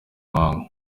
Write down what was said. muhango